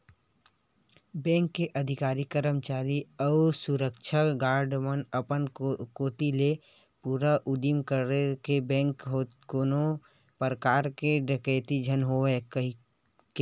bank के अधिकारी, करमचारी अउ सुरक्छा गार्ड मन अपन कोती ले पूरा उदिम करथे के बेंक कोती कोनो परकार के डकेती झन होवय कहिके